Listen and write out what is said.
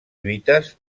lluites